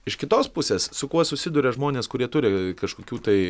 iš kitos pusės su kuo susiduria žmonės kurie turi kažkokių tai